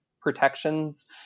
protections